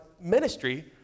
ministry